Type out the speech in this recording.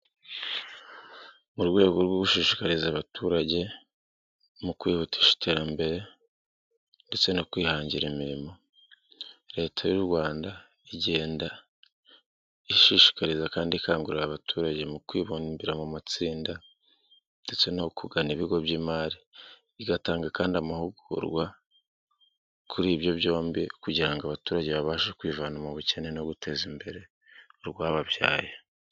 Mu rwego rwo gushishikariza abaturage mu kwihutisha iterambere, ndetse no kwihangira imirimo, leta y'u Rwanda igenda ishishikariza kandi ikangurira abaturage mu kwibumbira mu matsinda ndetse no kugana ibigo by'imari igatanga kandi amahugurwa kuri ibyo byombi kugira ngo abaturage babashe kwivana mu bukene no guteza imbere urwababyaye.